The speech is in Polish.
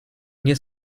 nie